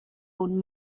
own